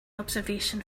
observation